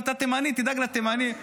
אתה תימני, תדאג לתימנים.